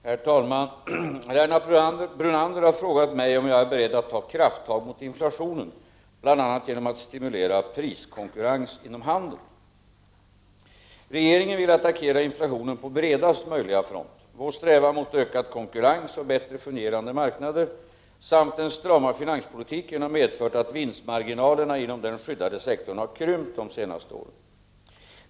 Herr talman! Lennart Brunander har frågat mig om jag är beredd att ta krafttag mot inflationen, bl.a. genom att stimulera priskonkurrens inom handeln. Regeringen vill attackera inflationen på bredast möjliga front. Vår strävan mot ökad konkurrens och bättre fungerande marknader samt den strama finanspolitiken har medfört att vinstmarginalerna inom den skyddade sektorn krympt de senaste åren.